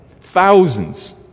Thousands